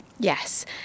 Yes